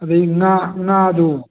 ꯑꯗꯩ ꯉꯥ ꯉꯥꯗꯣ